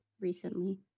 recently